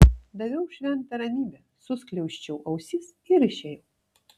daviau šventą ramybę suskliausčiau ausis ir išėjau